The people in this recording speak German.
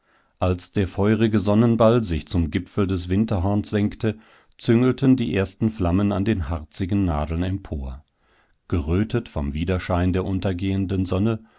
als der feurige sonnenball sich zum gipfel des winterhorns senkte züngelten die ersten flammen an den harzigen nadeln empor gerötet vom widerschein der untergehenden sonne